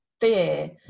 fear